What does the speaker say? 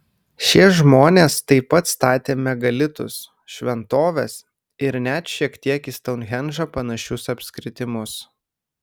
šie žmonės taip pat statė megalitus šventoves ir net šiek tiek į stounhendžą panašius apskritimus